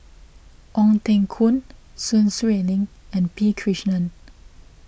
Ong Teng Koon Sun Xueling and P Krishnan